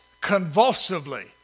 convulsively